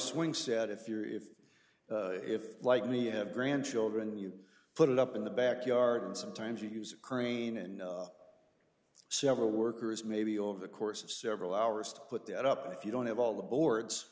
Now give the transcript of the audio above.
swing set if you're if if like me you have grandchildren you put it up in the backyard and sometimes you use a crane and several workers maybe over the course of several hours to put that up if you don't have all the boards